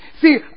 See